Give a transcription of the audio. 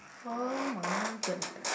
oh-my-goodness